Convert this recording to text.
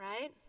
right